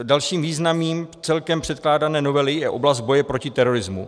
Dalším významným celkem předkládané novely je oblast boje proti terorismu.